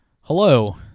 Hello